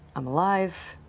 i'm alive,